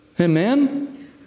Amen